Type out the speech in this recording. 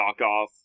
knockoff